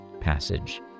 passage